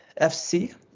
FC